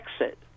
exit